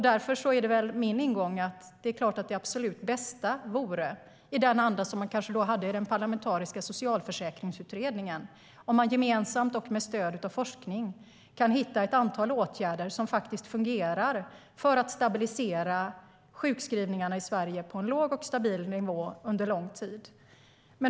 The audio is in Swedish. Därför är min ingång att det absolut bästa vore att vi, i enlighet med den anda som rådde i den parlamentariska socialförsäkringsutredningen, gemensamt och med stöd av forskning kan hitta ett antal åtgärder som fungerar för att stabilisera sjukskrivningarna på en låg nivå under lång tid.